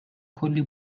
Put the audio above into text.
کلی